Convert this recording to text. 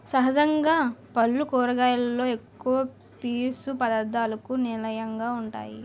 సహజంగా పల్లు కూరగాయలలో ఎక్కువ పీసు పధార్ధాలకు నిలయంగా వుంటాయి